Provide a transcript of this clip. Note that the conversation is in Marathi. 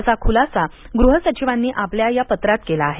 असा खुलासा गृहसचिवांनी आपल्या या पत्रात केला आहे